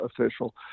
official